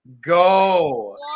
go